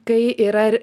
kai yra